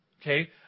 Okay